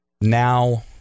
now